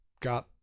got